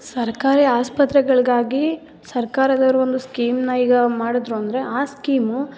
ಸರ್ಕಾರಿ ಆಸ್ಪತ್ರೆಗಳಿಗಾಗಿ ಸರ್ಕಾರದವರು ಒಂದು ಸ್ಕೀಮನ್ನ ಈಗ ಮಾಡಿದ್ರು ಅಂದರೆ ಆ ಸ್ಕೀಮು